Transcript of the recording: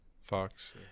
Fox